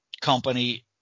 company